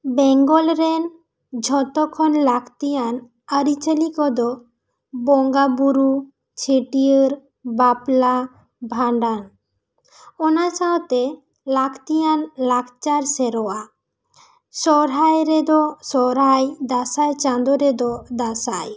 ᱵᱮᱝᱜᱚᱞ ᱨᱮᱱ ᱡᱷᱚᱛᱚ ᱠᱷᱚᱱ ᱞᱟᱹᱠᱛᱤᱭᱟᱱ ᱟᱹᱨᱤ ᱪᱟᱹᱞᱤ ᱠᱚᱫᱚ ᱵᱚᱸᱜᱟ ᱵᱳᱨᱳ ᱪᱷᱟᱹᱴᱤᱭᱟᱹᱨ ᱵᱟᱯᱞᱟ ᱵᱷᱟᱱᱰᱟᱱ ᱚᱱᱟ ᱥᱟᱶ ᱛᱮ ᱞᱟᱹᱠᱛᱤᱭᱟᱱ ᱞᱟᱠᱪᱟᱨ ᱥᱮᱨᱚᱣᱟ ᱥᱚᱨᱦᱟᱭ ᱨᱮᱫᱚ ᱥᱚᱨᱦᱟᱭ ᱫᱟᱥᱟᱸᱭ ᱪᱟᱸᱫᱚ ᱨᱮᱫᱚ ᱫᱟᱸᱥᱟᱭ